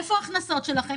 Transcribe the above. איפה ההכנסות שלכם?